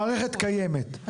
המערכת קיימת,